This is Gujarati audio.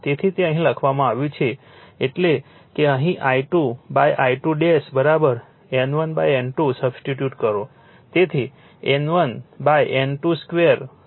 તેથી તે અહીં લખવામાં આવ્યું છે એટલે કે અહીં I2 I2 N1 N2 substitute કરો તેથી N1 N2 2 R2 છે